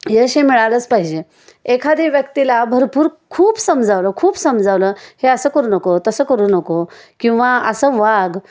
यश हे मिळालंच पाहिजे एखादी व्यक्तीला भरपूर खूप समजावलं खूप समजावलं हे असं करू नको तसं करू नको किंवा असं वाग